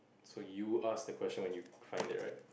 so you ask the question or you find it right